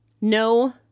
no